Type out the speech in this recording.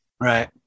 right